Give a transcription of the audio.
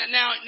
Now